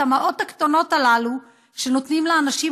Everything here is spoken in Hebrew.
את המעות הקטנות הללו שנותנים לאנשים